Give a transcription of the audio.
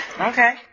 Okay